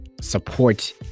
support